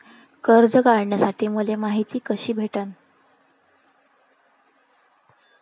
कर्ज काढासाठी मले मायती कशी भेटन?